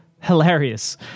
hilarious